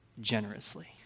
generously